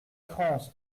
france